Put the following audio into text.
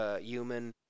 human